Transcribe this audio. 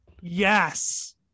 Yes